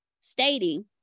stating